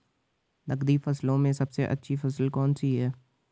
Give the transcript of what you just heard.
नकदी फसलों में सबसे अच्छी फसल कौन सी है?